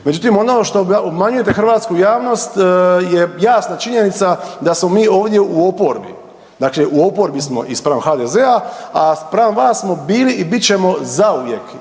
Međutim, ono što obmanjujete hrvatsku javnost je jasna činjenica da smo mi ovdje u oporbi, dakle u oporbi smo i spram HDZ-a, a spram vas smo bili i bit ćemo zauvijek